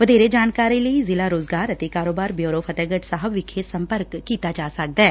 ਵਧੇਰੇ ਜਾਣਕਾਰੀ ਲਈ ਜ਼ਿਲਾ ਰੈਜ਼ਗਾਰ ਅਤੇ ਕਾਰੋਬਾਰ ਬਿਉਰੋ ਫਤਹਿਗਤ ਸਾਹਿਬ ਵਿਖੇ ਸੰਪਰਕ ਕੀਤਾ ਜਾ ਸਕਦੈ